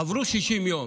עברו 60 יום,